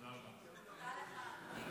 תודה לך.